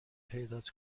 پیدات